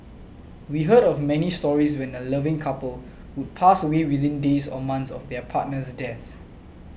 we heard of many stories when a loving couple would pass away within days or months of their partner's death